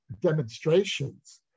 demonstrations